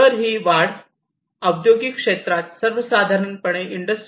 तर ही सर्व वाढ औद्योगिक क्षेत्रात सर्वसाधारणपणे इंडस्ट्री 4